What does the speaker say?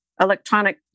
electronic